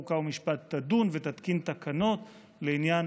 חוק ומשפט תדון ותתקין תקנות לעניין